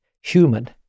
human